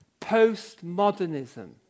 postmodernism